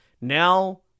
now